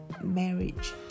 marriage